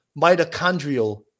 mitochondrial